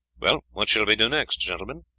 well, what shall we do next, gentlemen?